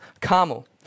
Carmel